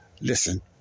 Listen